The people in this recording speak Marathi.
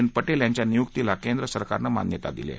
एन पटेल यांच्या नियुक्तीला केंद्रसरकारनं मान्यता दिली आहे